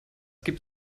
gibt